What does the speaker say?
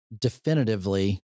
definitively